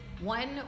one